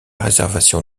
réservation